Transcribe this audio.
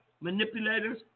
manipulators